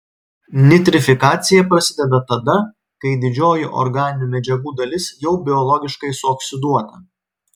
nitrifikacija prasideda tada kai didžioji organinių medžiagų dalis jau biologiškai suoksiduota